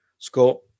Score